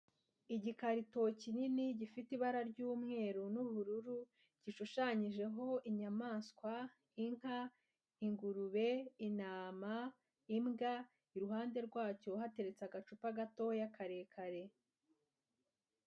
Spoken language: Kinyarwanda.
Igikarito kinini gifite ibara ry'umweru n'ubururu, gishushanyijeho inyamaswa: inka, ingurube, intama, imbwa; iruhande rwacyo hateretse agacupa gatoya karekare.